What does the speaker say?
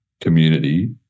community